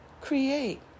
create